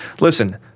Listen